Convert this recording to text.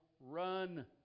run